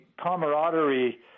camaraderie